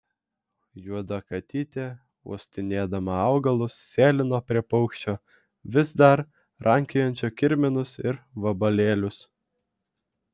juoda katytė uostinėdama augalus sėlino prie paukščio vis dar rankiojančio kirminus ir vabalėlius